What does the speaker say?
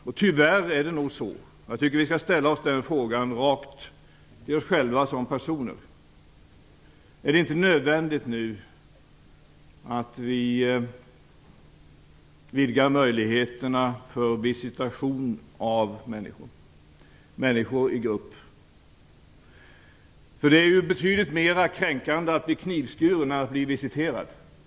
Jag tycker att vi skall ställa frågan till oss själva som personer: Är det inte nödvändigt nu att vi vidgar möjligheterna för visitation av människor i grupp? Det är ju betydligt mera kränkande att bli knivskuren än att bli visiterad.